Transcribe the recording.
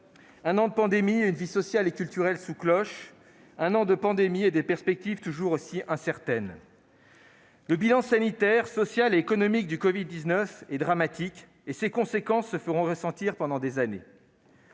un an de pandémie et une vie sociale et culturelle sous cloche ; un an de pandémie et des perspectives toujours aussi incertaines. Le bilan sanitaire, social et économique du covid-19 est dramatique et ses conséquences se feront ressentir pendant des années.